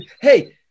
hey